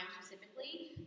specifically